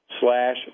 slash